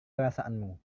perasaanmu